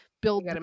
build